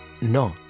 No